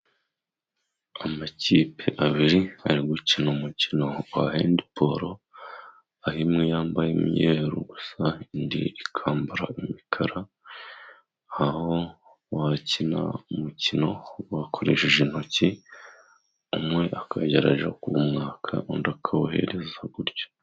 Amakipe abiri ari gukina umukino wa hendibolo, aho imwe yambaye imyeru gusa indi ikambara imikara, aho wakina umukino wakoresheje intoki umwe akajya ajya kuwumwaka undi akawohereza gutyo.